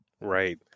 Right